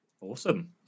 Awesome